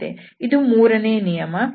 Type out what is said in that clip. ಇದು ಮೂರನೇ ನಿಯಮ F1∂zF3∂x